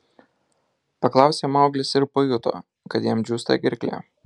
paklausė mauglis ir pajuto kad jam džiūsta gerklė